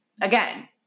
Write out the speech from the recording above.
Again